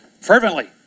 Fervently